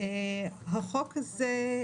החוק הזה,